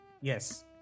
Yes